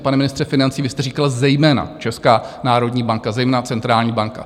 Pane ministře financí, vy jste říkal zejména Česká národní banka, zejména centrální banka.